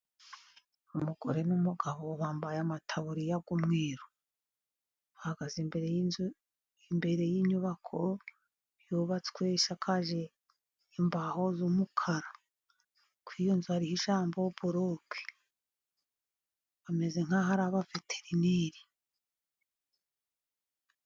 Umugore n'umugabo bambaye amataburiya y'umweru bahagaze imbere y'inzu, imbere y'inyubako yubatswe isakaje imbaho z'umukara kuri iyonzu hari ijambo boroke bameze nk' ahari ari abaveterineri.